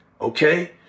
Okay